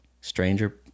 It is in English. stranger